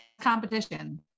competition